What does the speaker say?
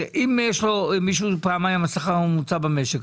אם יש למישהו פעמיים השכר הממוצע במשק,